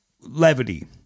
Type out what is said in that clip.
Levity